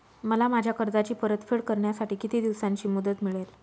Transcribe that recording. मला माझ्या कर्जाची परतफेड करण्यासाठी किती दिवसांची मुदत मिळेल?